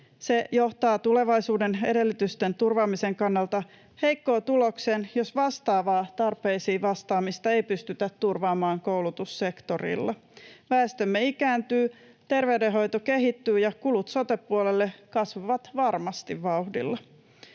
Se johtaa tulevaisuuden edellytysten turvaamisen kannalta heikkoon tulokseen, jos vastaavaa tarpeisiin vastaamista ei pystytä turvaamaan koulutussektorilla. Väestömme ikääntyy, terveydenhoito kehittyy ja kulut sote-puolella kasvavat varmasti vauhdilla.